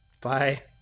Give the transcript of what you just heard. Bye